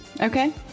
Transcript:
Okay